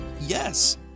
yes